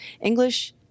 English